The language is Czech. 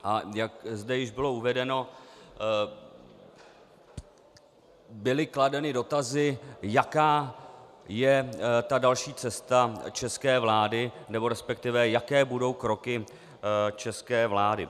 A jak zde již bylo uvedeno, byly kladeny dotazy, jaká je další cesta české vlády, resp. jaké budou kroky české vlády.